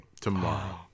tomorrow